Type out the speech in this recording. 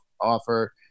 offer